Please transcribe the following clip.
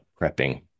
prepping